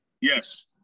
Yes